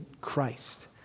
Christ